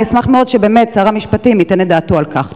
אשמח מאוד ששר המשפטים ייתן דעתו על כך.